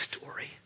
story